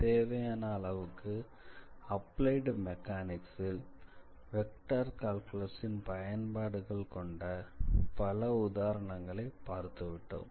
தேவையான அளவுக்கு அப்பிளைட் மெக்கானிக்ஸில் வெக்டார் கால்குலஸின் பயன்பாடுகள் கொண்ட பல உதாரணங்களை பார்த்துவிட்டோம்